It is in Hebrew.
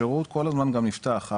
השירות כל הזמן גם נפתח,